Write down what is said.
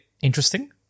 interesting